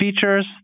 features